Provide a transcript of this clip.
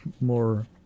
more